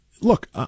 look